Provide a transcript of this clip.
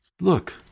look